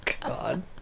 God